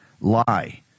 lie